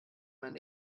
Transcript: man